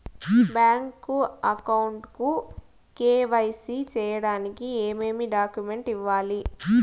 Bank account కు KYC సేయడానికి ఏమేమి డాక్యుమెంట్ ఇవ్వాలి?